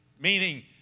Meaning